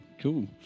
cool